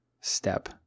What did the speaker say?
step